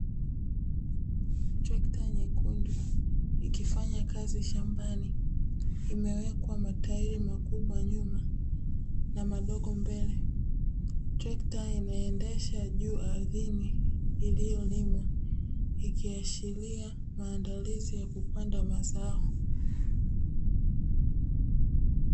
Trekta nyekundu ikifanya kazi shambani imewekwa matairi makubwa, nyuma na madogo mbele trekta inaendeshwa juu ardhini iliyolimwa ikiashiria maandalizi ya kupanda mazao.